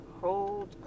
Hold